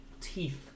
teeth